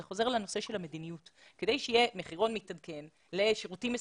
זה חוזר לנושא של המדיניות כדי שיהיה מחירון מתעדכן לשירותים מסוימים,